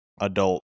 adult